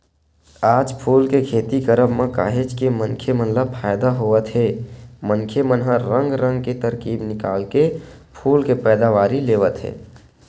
आज फूल के खेती करब म काहेच के मनखे मन ल फायदा होवत हे मनखे मन ह रंग रंग के तरकीब निकाल के फूल के पैदावारी लेवत हे